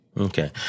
Okay